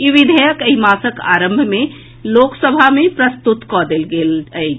ई विधेयक एहि मासक आरंभ मे लोकसभा मे प्रस्तुत कऽ देल गेल अछि